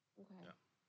yup